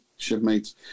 shipmates